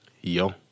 Yo